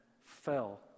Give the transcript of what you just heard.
fell